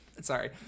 Sorry